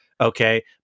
Okay